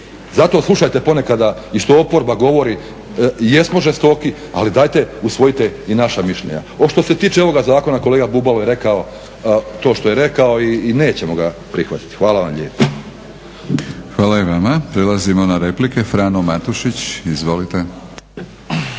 Zato slušajte ponekada i što oporba govori. Jesmo žestoki, ali dajte usvojite i naša mišljenja. Što se tiče ovoga zakona, kolega Bubalo je rekao to što je rekao i nećemo ga prihvatiti. Hvala vam lijepo. **Batinić, Milorad (HNS)** Hvala i vama. Prelazimo na replike. Frano Matušić, izvolite.